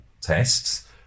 tests